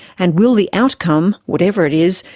and will the outcome, whatever it is,